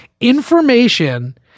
information